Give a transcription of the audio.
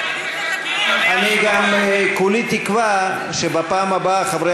אני גם כולי תקווה שבפעם הבאה חברי